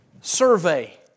survey